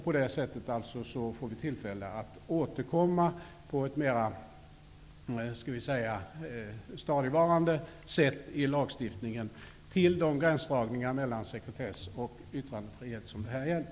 På det sättet får man tillfälle att återkomma på ett mera stadigvarande sätt i lagstiftningen till de gränsdragningar mellan sekretess och yttrandefrihet som det här gäller.